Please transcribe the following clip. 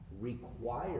require